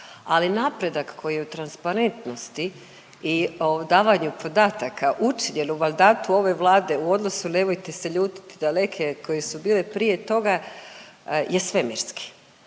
ali napredak koji je u transparentnosti i davanju podataka učinjen u mandatu ove Vlade u odnosu, nemojte se ljutiti da neke koji su bili prije toga, je svemirski.